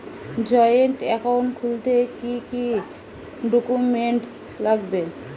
Joint account খুলতে কি কি ডকুমেন্টস লাগবে?